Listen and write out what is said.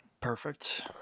perfect